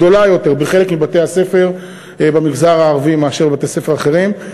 גדולה יותר בחלק מבתי-הספר במגזר הערבי מאשר בבתי-ספר אחרים.